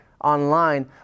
online